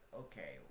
okay